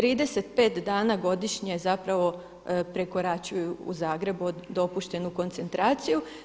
35 dana godišnje zapravo prekoračuju u Zagrebu dopuštenu koncentraciju.